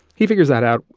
he figures that out.